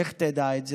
איך תדע את זה?